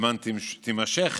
למען תימשך